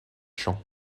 champs